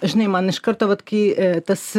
žinai man iš karto vat kai tas